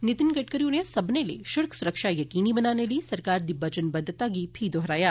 नीतिन गड़करी होरें सब्मनें लेई शिड़क सुरक्षा यकीनी बनाने लेई सरकार दी बचनबद्धता गी फ्ही दोहराया